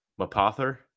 Mapother